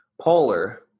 Polar